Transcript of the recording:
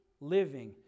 living